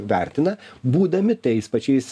vertina būdami tais pačiais